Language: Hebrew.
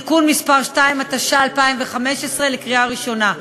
(תיקון מס' 2), התשע"ה 2015, לקריאה ראשונה.